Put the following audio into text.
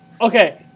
Okay